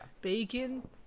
bacon